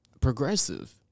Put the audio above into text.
progressive